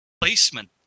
placement